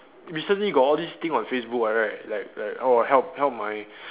recently got all these thing on Facebook [what] right like like oh help help my